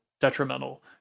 detrimental